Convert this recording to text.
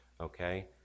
okay